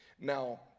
Now